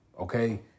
okay